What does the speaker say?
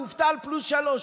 מובטל פלוס שלושה.